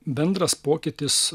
bendras pokytis